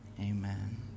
Amen